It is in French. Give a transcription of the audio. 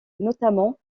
notamment